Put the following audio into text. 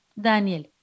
Daniel